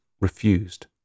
refused